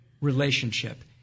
relationship